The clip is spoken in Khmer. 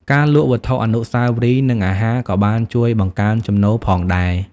ការលក់វត្ថុអនុស្សាវរីយ៍ និងអាហារក៏បានជួយបង្កើនចំណូលផងដែរ។